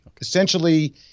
Essentially